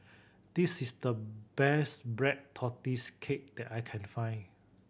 this is the best Black Tortoise Cake that I can find